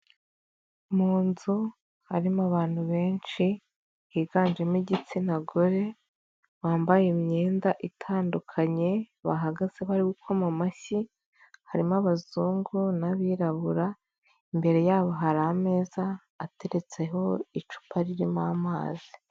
Mu nzu harimo abantu benshi biganjemo igitsina gore, bambaye imyenda itandukanye, bahagaze bari gukoma amashyi, harimo abazungu n'abirabura, imbere yabo hari ameza ateretseho icupa ririmo amazi.